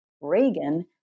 Reagan